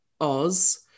Oz